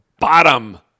Bottom